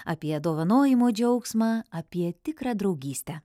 apie dovanojimo džiaugsmą apie tikrą draugystę